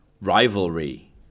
Rivalry